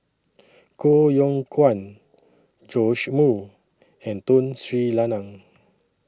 Koh Yong Guan Joash Moo and Tun Sri Lanang